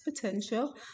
Potential